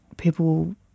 people